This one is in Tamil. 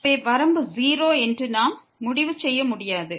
எனவே வரம்பு 0 என்று நாம் முடிவு செய்ய முடியாது